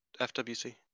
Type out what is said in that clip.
FWC